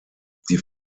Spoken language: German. die